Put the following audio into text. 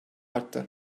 arttı